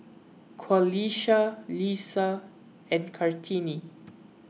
Qalisha Lisa and Kartini